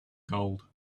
gold